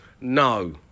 No